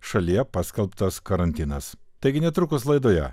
šalyje paskelbtas karantinas taigi netrukus laidoje